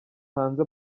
hanze